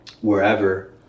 wherever